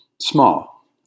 small